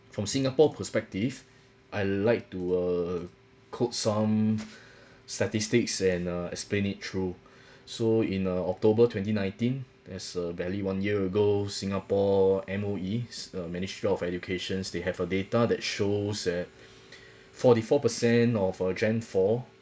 from singapore perspective I like to err quote some statistics and uh explain it through so in uh october twenty nineteen as uh barely one year ago singapore M_O_E's uh ministry of educations they have a data that shows at forty four per cent of uh gen four